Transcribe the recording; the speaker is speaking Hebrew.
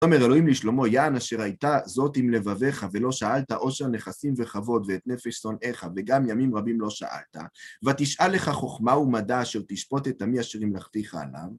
אומר, אלוהים לשלומו יען אשר הייתה זאת עם לבביך ולא שאלת עושר נכסים וכבוד ואת נפש שונאיך וגם ימים רבים לא שאלת, ותשאל לך חוכמה ומדע אשר תשפוט את עמי אשרים המלכתיך עליו,